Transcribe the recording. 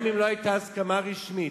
גם אם לא היתה הסכמה רשמית,